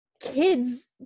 kids